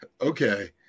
Okay